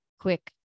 quick